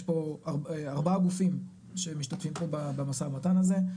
יש פה ארבעה גופים שמשתתפים פה במשא ומתן הזה,